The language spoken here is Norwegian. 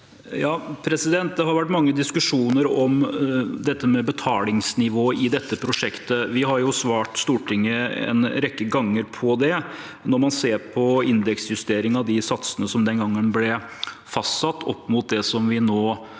Det har vært mange diskusjoner om det med betalingsnivå i dette prosjektet. Vi har svart Stortinget en rekke ganger på det. Når man ser på indeksjustering av de satsene som den gangen ble fastsatt, opp mot det vi nå